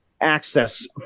access